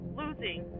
losing